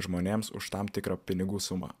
žmonėms už tam tikrą pinigų sumą